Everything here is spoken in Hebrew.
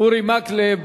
אורי מקלב.